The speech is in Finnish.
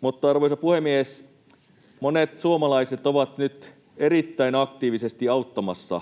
Mutta, arvoisa puhemies, monet suomalaiset ovat nyt erittäin aktiivisesti auttamassa